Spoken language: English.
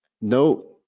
no –